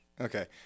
Okay